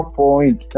point